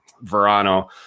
Verano